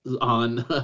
on